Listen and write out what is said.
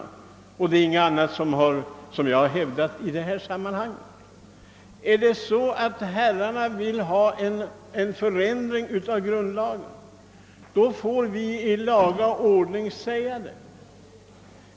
Det är heller inte något annat än principerna och deras praktiska tilllämpning jag har hävdat i detta fall. Om herrarna vill genomföra en ändring i grundlagen, så måste det ske i laga ordning.